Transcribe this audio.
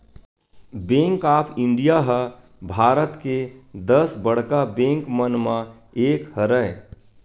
bank of India ह भारत के दस बड़का बेंक मन म एक हरय